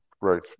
right